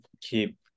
keep